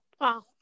wow